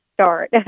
start